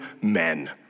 men